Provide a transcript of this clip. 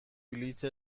بلیط